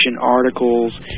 articles